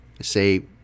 say